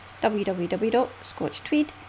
www.scotchtweed